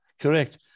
Correct